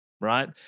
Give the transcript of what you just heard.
right